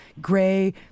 gray